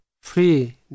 free